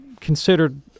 considered